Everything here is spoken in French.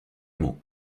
mots